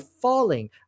falling